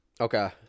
Okay